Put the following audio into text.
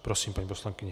Prosím, paní poslankyně.